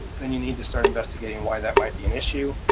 then you need to start investigating why that might be an issue,